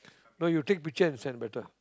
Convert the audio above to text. no you take picture and send better